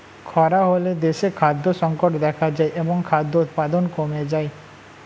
খরা হলে দেশে খাদ্য সংকট দেখা যায় এবং খাদ্য উৎপাদন কমে যায়